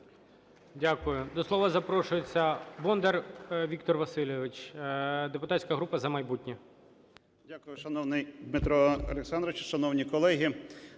Дякую. До слова запрошується Бондар Віктор Васильович, депутатська група "За майбутнє".